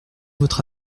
votre